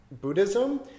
Buddhism